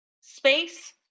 space